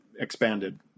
expanded